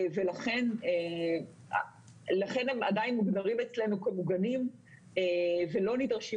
לכן הם עדיין מגודרים אצלנו כמוגנים ולא נדרשים